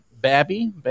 Babby